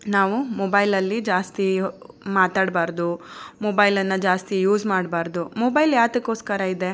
ನಾವು ಮೊಬೈಲಲ್ಲಿ ಜಾಸ್ತಿ ಮಾತಾಡಬಾರ್ದು ಮೊಬೈಲನ್ನು ಜಾಸ್ತಿ ಯೂಸ್ ಮಾಡಬಾರ್ದು ಮೊಬೈಲ್ ಯಾತಕ್ಕೋಸ್ಕರ ಇದೆ